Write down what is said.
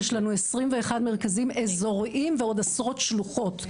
יש לנו 21 מרכזים אזוריים ועוד עשרות שלוחות,